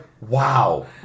wow